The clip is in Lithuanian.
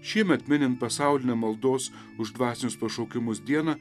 šiemet minint pasaulinę maldos už dvasinius pašaukimus dieną